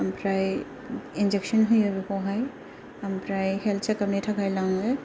ओमफ्राय इनजेकसन होयो बिखौहाय ओमफ्राय हेलथ सेखापनि थाखाय लाङो